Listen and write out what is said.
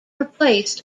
replaced